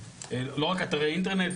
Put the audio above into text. לא רק אתרי אינטרנט,